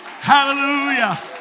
Hallelujah